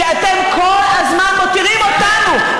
שאתם כל הזמן מותירים אותנו,